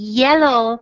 yellow